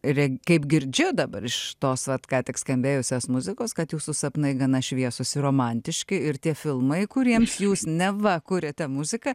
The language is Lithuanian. kaip girdžiu dabar iš tos vat ką tik skambėjusios muzikos kad jūsų sapnai gana šviesūs romantiški ir tie filmai kuriems jūs neva kuriate muziką